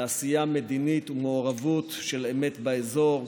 לעשייה מדינית ומעורבות של אמת באזור.